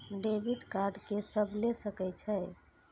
Debit card के सब ले सके छै?